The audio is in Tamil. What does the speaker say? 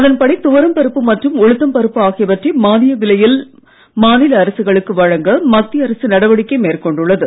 அதன்படி துவரம் பருப்பு மற்றும் உளுத்தம் பருப்பு ஆகியவற்றை மானிய விலையில் மாநில அரசுகளுக்கு வழங்க மத்திய அரசு நடவடிக்கை மேற்கொண்டுள்ளது